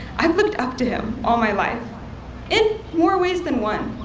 i've looked up to him all my life in more ways than one.